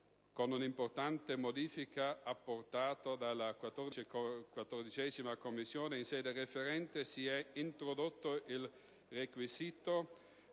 Con un importante modifica apportata dalla 14a Commissione, in sede referente, si è introdotto il requisito